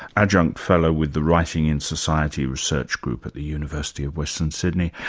adjunct fellow with the writing and society research group at the university of western sydney,